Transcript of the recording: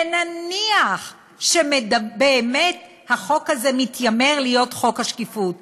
ונניח שבאמת החוק הזה מתיימר להיות חוק השקיפות,